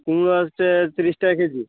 কুমড়ো আছে তিরিশ টাকা কেজি